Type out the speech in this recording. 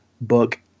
book